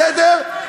בסדר?